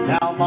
Now